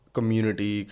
Community